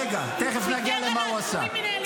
רגע, תכף נגיע למה הוא עשה.